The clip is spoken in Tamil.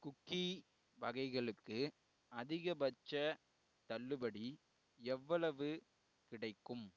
குக்கீ வகைகளுக்கு அதிகபட்சத் தள்ளுபடி எவ்வளவு கிடைக்கும்